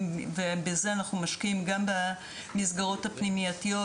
ובזה אנחנו משקיעים גם במסגרות הפנימיות,